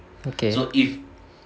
okay